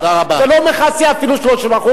זה לא מכסה אפילו 30%,